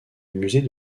musée